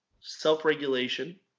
self-regulation